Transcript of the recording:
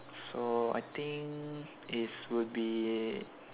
so I think is will be